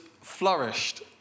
flourished